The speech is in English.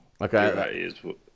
Okay